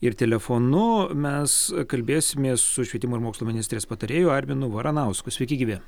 ir telefonu mes kalbėsimės su švietimo ir mokslo ministrės patarėju arminu varanausku sveiki gyvi